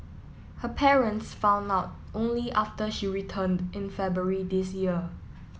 her parents found out only after she returned in February this year